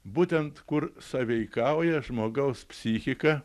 būtent kur sąveikauja žmogaus psichika